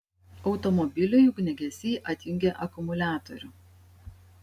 automobiliui ugniagesiai atjungė akumuliatorių